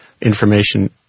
information